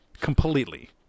completely